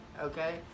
okay